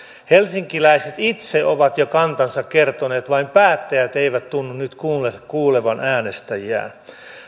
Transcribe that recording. helsinkiläiset itse ovat jo kantansa kertoneet vain päättäjät eivät tunnu nyt kuulevan äänestäjiään